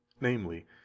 namely